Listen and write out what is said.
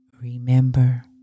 Remember